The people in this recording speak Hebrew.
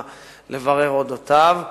וגם חבר הכנסת אורלב פנה לברר על-אודותיו,